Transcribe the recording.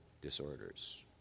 Disorders